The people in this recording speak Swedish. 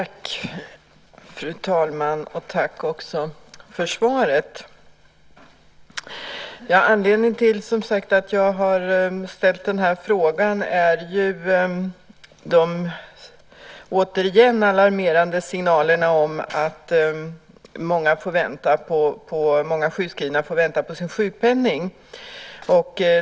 Fru talman! Tack för svaret! Anledningen till att jag har ställt den här frågan är, som sagt, de återigen alarmerande signalerna om att många sjukskrivna får vänta på sin sjukpenning.